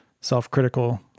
self-critical